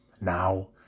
now